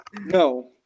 no